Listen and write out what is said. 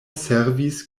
servis